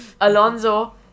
Alonso